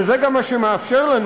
וזה גם מה שמאפשר לנו,